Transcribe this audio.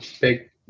big